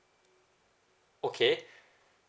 okay